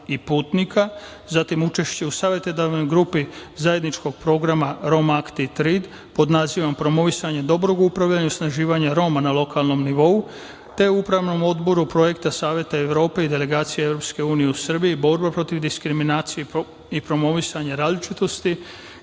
i putnika, zatim, učešće u savetodavnoj grupi zajedničkog programa „Roma akt i trejd“, pod nazivom „Promovisanje dobrog upravljanja i osnaživanja Roma na lokalnom nivou“, te u Upravnom odboru projekta Saveta Evrope i delegacije Evropske unije u Srbiji, borba protiv diskriminacije i promovisanje različitosti,